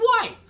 wife